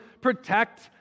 protect